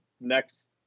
next